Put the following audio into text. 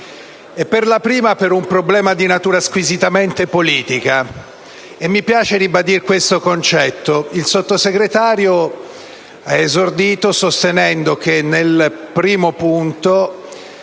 della prima, per un problema di natura squisitamente politica. Mi piace ribadire tale concetto. La vice ministro Guerra ha esordito sostenendo che nel primo punto